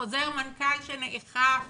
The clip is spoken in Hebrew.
בחוזר מנכ"ל שנאכף,